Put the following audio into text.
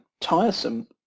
tiresome